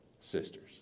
sisters